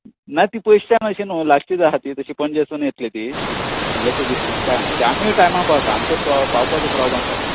ना तीं पयसच्यान अशीं न्हू लागचींच आसा तीं पणजेसून येतलीं व्हडलेंशें डिस्टन्स कांयच ना आमीय टायमार पावता आमचो पावपाचो प्रोबल्म कांय ना